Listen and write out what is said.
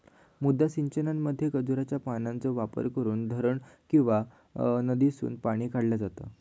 मुद्दा सिंचनामध्ये खजुराच्या पानांचो वापर करून धरण किंवा नदीसून पाणी काढला जाता